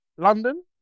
London